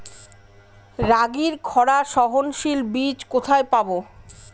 রাগির খরা সহনশীল বীজ কোথায় পাবো?